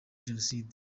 jenoside